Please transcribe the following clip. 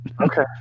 Okay